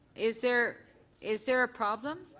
is there is there a problem.